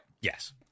Yes